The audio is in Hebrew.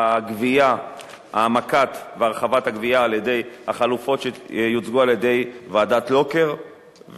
העמקת והרחבת הגבייה על-ידי החלופות שיוצגו על-ידי ועדת-לוקר,